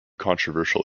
controversial